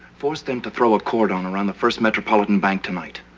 force them to throw a cordon around the first metropolitan bank tonight.